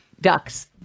Ducks